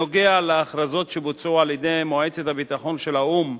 בעניין הכרזות שבוצעו על-ידי מועצת הביטחון של האו"ם